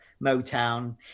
Motown